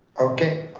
okay,